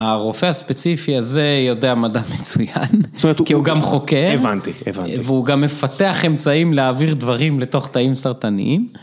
‫הרופא הספציפי הזה ‫יודע מדע מצוין, כי הוא גם חוקר. ‫הבנתי, הבנתי. ‫-והוא גם מפתח אמצעים ‫להעביר דברים לתוך תאים סרטניים.